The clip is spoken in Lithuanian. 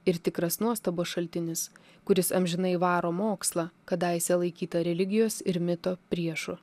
ir tikras nuostabos šaltinis kuris amžinai varo mokslą kadaise laikytą religijos ir mito priešu